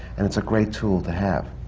and it's a great tool to have.